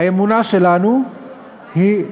האמונה שלנו היא,